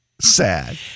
sad